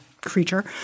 creature